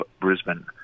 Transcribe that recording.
Brisbane